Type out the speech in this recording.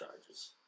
charges